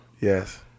Yes